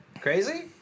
crazy